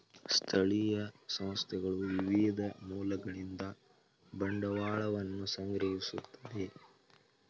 ಸ್ಥಳೀಯ ಸಂಸ್ಥೆಗಳು ವಿವಿಧ ಮೂಲಗಳಿಂದ ಬಂಡವಾಳವನ್ನು ಸಂಗ್ರಹಿಸುತ್ತದೆ